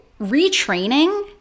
retraining